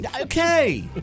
Okay